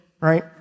right